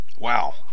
Wow